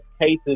cases